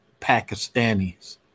Pakistanis